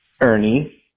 Ernie